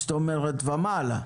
זאת אומרת, ומעלה.